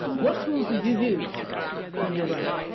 what tools do you use when you're writing?